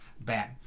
bad